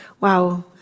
wow